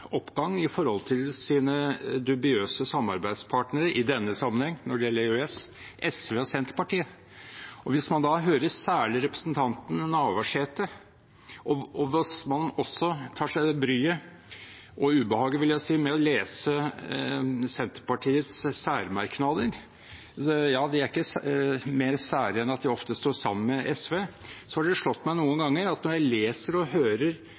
i forhold til sine dubiøse samarbeidspartnere – i denne sammenheng når det gjelder EØS – SV og Senterpartiet. Hvis man da hører særlig representanten Navarsete, og hvis man også tar seg bryet, og ubehaget, vil jeg si, med å lese Senterpartiets særmerknader, som ikke er mer sære enn at de ofte står sammen med SV